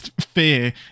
fear